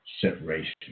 separation